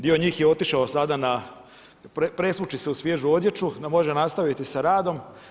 Dio njih je otišao sada presvući se u svježu odjeću da može nastaviti sa radom.